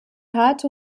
harte